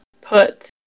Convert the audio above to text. Put